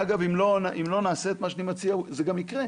שאגב אם לא נעשה את מה שאני מציע, זה גם יקרה,